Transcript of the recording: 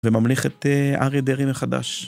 וממליך את אריה דרעי החדש.